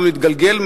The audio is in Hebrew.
אנחנו נתגלגל,